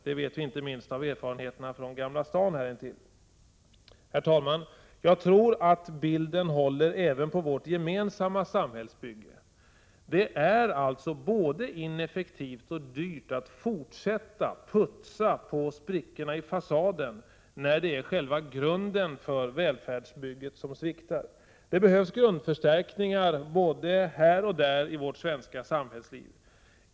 Det vet vi inte minst av erfarenheterna från Gamla stan här intill. Herr talman! Jag tror bilden håller även på vårt gemensamma samhällsbygge. Det är alltså både ineffektivt och dyrt att fortsätta putsa på sprickorna i fasaden när det är själva grunden för välfärdsbygget som sviktar. Det behövs grundförstärkningar både här och där i vårt svenska samhällsliv.